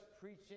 preaching